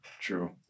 True